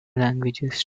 languages